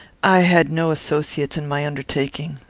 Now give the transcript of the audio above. i had no associates in my undertaking.